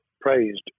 praised